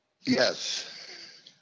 Yes